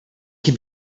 can